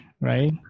right